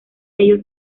ellos